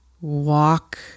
walk